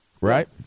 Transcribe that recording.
right